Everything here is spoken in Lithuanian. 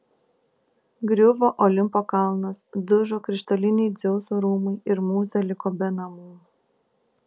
griuvo olimpo kalnas dužo krištoliniai dzeuso rūmai ir mūza liko be namų